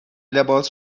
لباس